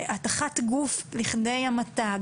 הטחת גוף לכדי המתה,